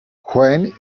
when